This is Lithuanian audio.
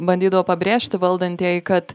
bandydavo pabrėžti valdantieji kad